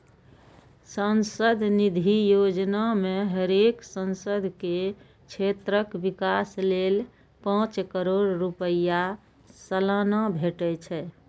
सांसद निधि योजना मे हरेक सांसद के क्षेत्रक विकास लेल पांच करोड़ रुपैया सलाना भेटे छै